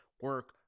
Work